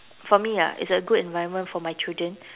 for me lah it's a good environment for my children